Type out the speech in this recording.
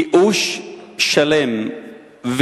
ייאוש שלם,